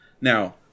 Now